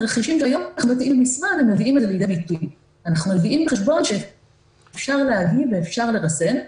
התרחישים שהיו --- אנחנו מביאים בחשבון שאפשר להגיד ואפשר לרסן.